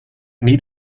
need